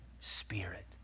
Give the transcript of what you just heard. Spirit